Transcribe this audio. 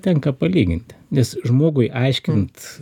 tenka palyginti nes žmogui aiškint